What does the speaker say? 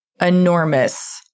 enormous